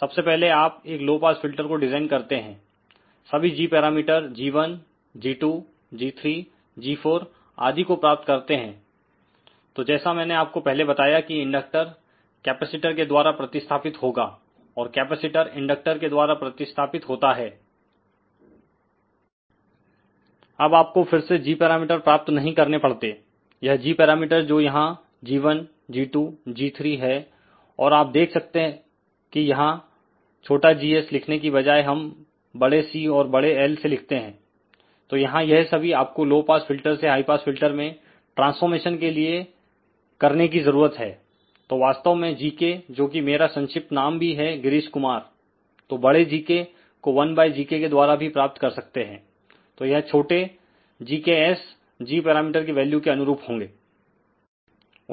सबसे पहले आप एक लो पास फिल्टर को डिजाइन करते हैं सभी g parameter g1 g2 g3 g4 आदि को प्राप्त करते हैं तो जैसा मैंने आपको पहले बताया कि इंडक्टर कैपेसिटर के द्वारा प्रतिस्थापित होगा और कैपेसिटर इंडक्टर के द्वारा प्रतिस्थापित होता है अब आपको फिर से g पैरामीटर प्राप्त नहीं करने पड़ते यह g पैरामीटर जो यहां g1 g2 g3 है और आप देख सकते कि यहां छोटा gs लिखने की बजाए हम बड़े C और बड़े L से लिखते हैं तो यहां यह सभी आपको लो पास फिल्टर से हाई पास फिल्टर में ट्रांसफॉरमेशन के लिए करने की जरूरत है तो वास्तव में Gk जोकि मेरा संक्षिप्त नाम भी है गिरीश कुमार तोबड़े Gkको 1gk के द्वारा भी प्राप्त कर सकते हैं तो यह छोटे gks g पैरामीटर की वैल्यू के अनुरूप होंगे